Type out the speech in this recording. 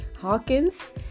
Hawkins